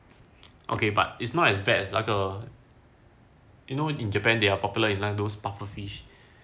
okay but it's not as bad as 那个 you know in japan they are popular in like those pufferfish